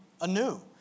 anew